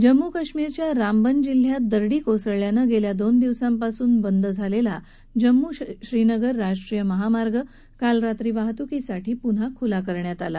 जम्मू काश्मिरच्या रामबन जिल्ह्यात दरडी कोसळल्यानं गेल्या दोन दिवसांपासून बंद झालेला जम्मू श्रीनगर राष्ट्रीय महामार्ग काल रात्री वाहतुकीसाठी पुन्हा खुला करण्यात आला